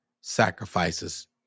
sacrifices